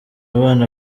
abana